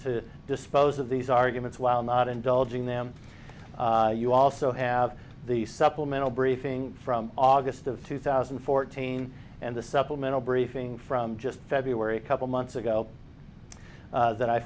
to dispose of these arguments while not indulging them you also have the supplemental briefing from august of two thousand and fourteen and the supplemental briefing from just february a couple months ago that i